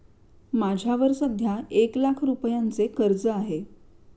माझ्यावर सध्या एक लाख रुपयांचे कर्ज आहे